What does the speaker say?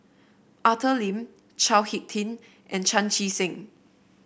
Arthur Lim Chao HicK Tin and Chan Chee Seng